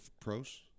pros